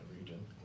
region